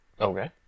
Okay